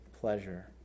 pleasure